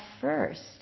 first